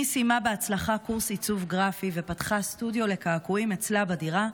סיימה בהצלחה קורס עיצוב גרפי ופתחה סטודיו לקעקועים אצלה בדירה,